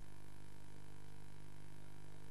סדר-היום.